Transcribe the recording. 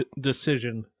decision